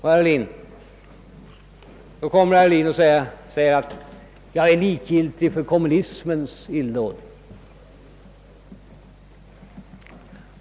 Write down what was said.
Herr Ohlin säger att jag är likgiltig för kommunismens illdåd.